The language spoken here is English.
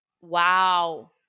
Wow